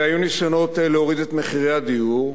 והיו ניסיונות להוריד את מחירי הדיור,